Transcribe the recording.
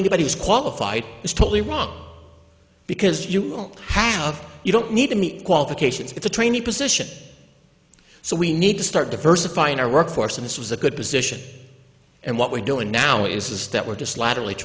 anybody who's qualified is totally wrong because you don't have you don't need the qualifications it's a trainee position so we need to start diversifying our workforce and this was a good position and what we're doing now is that we're just later